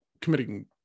committing